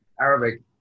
Arabic